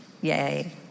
Yay